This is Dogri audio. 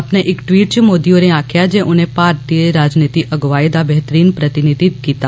अपने इक ट्वीट च मोदी होरें आक्खेआ जे उने भारतीय राजनीति अगुवाई दा बेहतरीन प्रतिनिधित्व कीता